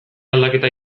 aldaketa